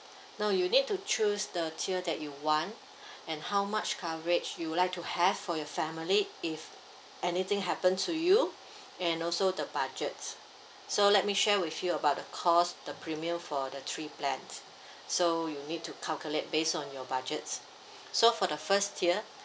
no you need to choose the tier that you want and how much coverage you'd like to have for your family if anything happen to you and also the budgets so let me share with you about the cost the premium for the three plans so you need to calculate based on your budgets so for the first tier